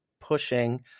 pushing